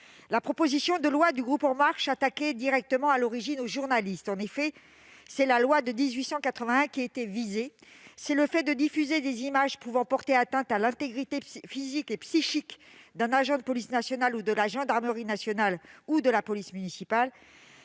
la proposition de loi du groupe La République en Marche s'attaquait directement aux journalistes. En effet, c'est la loi de 1881 qui était visée. C'est le fait de diffuser des images pouvant porter atteinte à l'intégrité physique et psychique d'un agent de police nationale, de la gendarmerie nationale ou de la police municipale